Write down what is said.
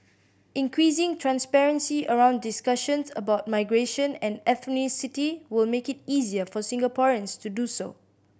increasing transparency around discussions about migration and ethnicity will make it easier for Singaporeans to do so